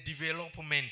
development